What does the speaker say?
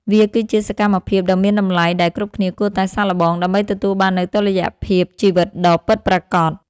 វាគឺជាសកម្មភាពដ៏មានតម្លៃដែលគ្រប់គ្នាគួរតែសាកល្បង ដើម្បីទទួលបាននូវតុល្យភាពជីវិតដ៏ពិតប្រាកដ។